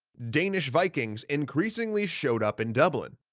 danish vikings increasingly showed up in dublin,